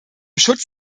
schutz